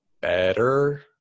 better